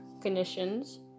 conditions